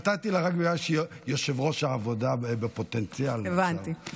נתתי לך רק בגלל שאת יושבת-ראש העבודה בפוטנציאל עכשיו,